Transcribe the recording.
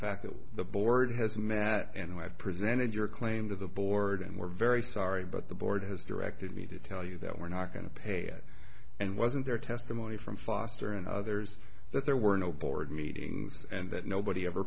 fact that the board has met and i presented your claim to the board and we're very sorry but the board has directed me to tell you that we're not going to pay and wasn't there testimony from foster and others that there were no board meetings and that nobody ever